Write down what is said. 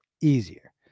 easier